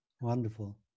wonderful